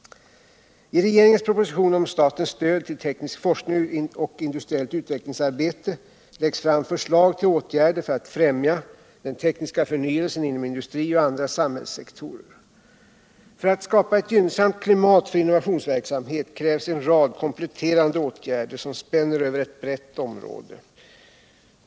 I regeringens proposition om statens stöd till teknisk forskning och industriellt utvecklingsarbete läggs fram förslag till åtgärder för att främja den tekniska förnyelsen inom industri och andra samhällssektorer. För att skapa ett gynnsamt klimat för innovationsverksamhet krävs en rad kompletterande åtgärder som spänner över ett brett område.